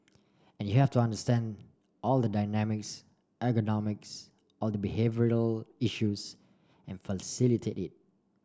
and you have to understand all the dynamics ergonomics all the behavioural issues and facilitate it